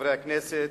חברי הכנסת,